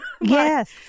yes